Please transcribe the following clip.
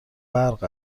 برق